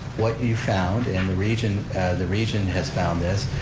what you found, and the region the region has found this,